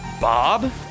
Bob